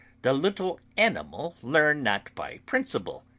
the little animal learn not by principle,